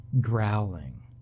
growling